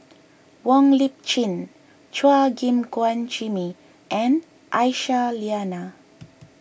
Wong Lip Chin Chua Gim Guan Jimmy and Aisyah Lyana